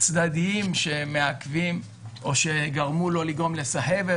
צדדיים שמעכבים או שהביאו אותו לגרום לסחבת,